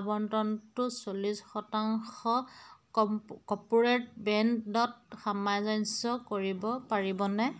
আবণ্টনটো চল্লিছ শতাংশ কৰ্পোৰেট ব্ৰেণ্ডত সামাঞ্জস্য কৰিব পাৰিবনে